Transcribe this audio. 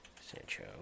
Sancho